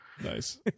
Nice